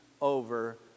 over